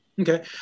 Okay